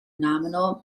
nominal